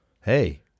Hey